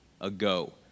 ago